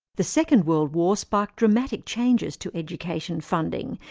the second world war sparked dramatic changes to education funding,